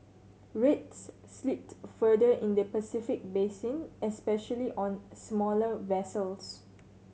rates slipped further in the Pacific basin especially on smaller vessels